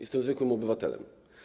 Jestem zwykłym obywatelem.